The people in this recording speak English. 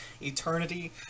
Eternity